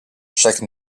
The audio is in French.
chaque